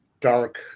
dark